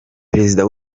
perezida